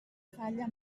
falla